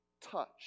touch